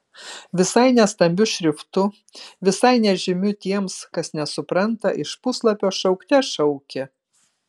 visai ne stambiu šriftu visai nežymiu tiems kas nesupranta iš puslapio šaukte šaukė